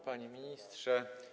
Panie Ministrze!